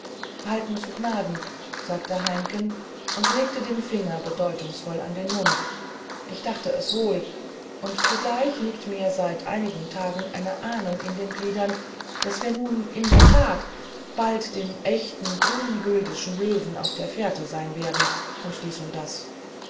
halten zu gnaden sagte heimken und legte den finger bedeutungsvoll an den mund ich dachte es wohl und zugleich liegt mir seit einigen tagen eine ahnung in den gliedern daß wir nun in der tat bald dem echten grün güldischen löwen auf der fährte sein werden und dies und das